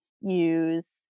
use